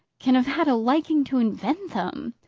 can have had a liking to invent them.